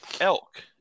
elk